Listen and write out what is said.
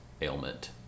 ailment